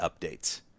updates